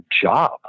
job